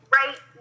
right